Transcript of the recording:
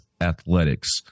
athletics